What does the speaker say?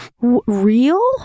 Real